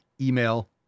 email